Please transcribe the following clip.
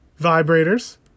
Vibrators